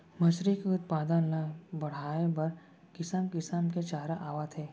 मछरी के उत्पादन ल बड़हाए बर किसम किसम के चारा आवत हे